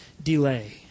Delay